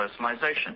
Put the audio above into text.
personalization